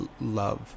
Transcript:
love